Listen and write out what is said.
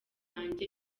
wanjye